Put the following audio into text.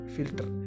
Filter